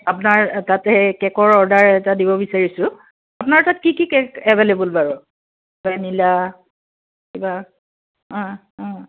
আপোনাৰ তাতে সেই কে'কৰ অৰ্ডাৰ এটা দিব বিচাৰিছোঁ আপোনাৰ তাত কি কি কে'ক এভে'লেবল বাৰু ভেনিলা কিবা